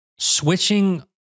switching